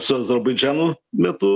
su azerbaidžanu metu